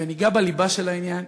וניגע בליבה של העניין.